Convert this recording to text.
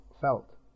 felt